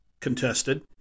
contested